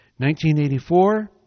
1984